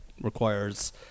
requires